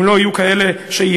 אם לא יהיו כאלה שיארגנו,